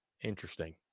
Interesting